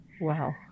Wow